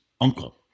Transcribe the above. uncle